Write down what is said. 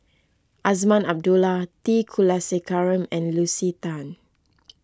Azman Abdullah T Kulasekaram and Lucy Tan